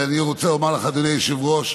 ואני רוצה לומר לך, אדוני היושב-ראש,